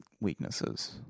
weaknesses